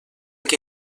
que